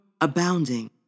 abounding